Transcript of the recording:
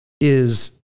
is-